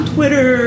Twitter